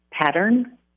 pattern